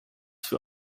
für